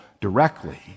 directly